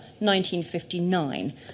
1959